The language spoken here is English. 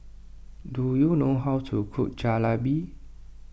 do you know how to cook Jalebi